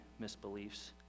misbeliefs